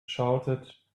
shouted